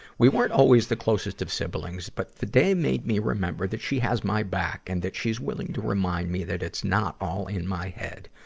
we weren't always the closest of siblings, but the day made me remember that she has my back and that she's willing to remind me that it's not all in my head.